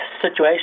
situation